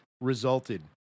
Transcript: resulted